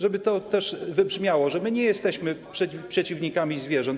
Żeby to też wybrzmiało, że my nie jesteśmy przeciwnikami zwierząt.